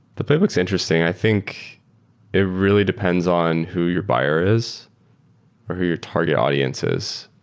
the playbook is interesting. i think it really depends on who your buyer is or who your target audience is.